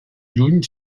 lluny